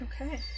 Okay